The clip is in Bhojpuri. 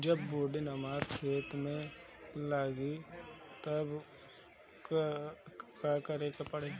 जब बोडिन हमारा खेत मे लागी तब का करे परी?